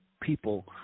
people